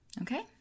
Okay